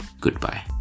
Goodbye